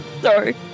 Sorry